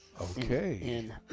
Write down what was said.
Okay